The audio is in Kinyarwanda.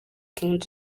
king